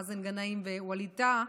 מאזן גנאים ווליד טאהא.